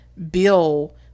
Bill